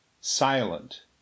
silent